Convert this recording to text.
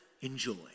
enjoy